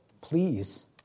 please